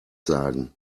sagen